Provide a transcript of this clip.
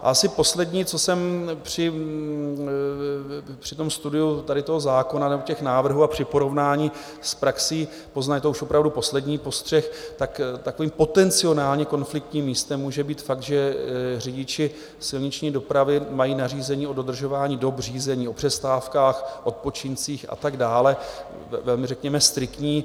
Asi poslední, co jsem při tom studiu tady toho zákona nebo těch návrhů a při porovnání s praxí poznal, je to už opravdu poslední postřeh, tak takovým potenciálně konfliktním místem může být fakt, že řidiči silniční dopravy mají nařízení o dodržování dob řízení, o přestávkách, odpočincích a tak dále, velmi řekněme striktní.